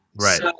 Right